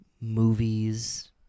movies